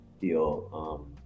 feel